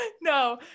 No